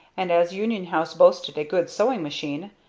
and as union house boasted a good sewing machine,